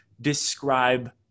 describe